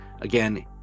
Again